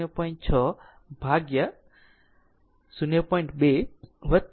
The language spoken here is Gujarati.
6 ભાગ્યા 0